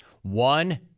One